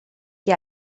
que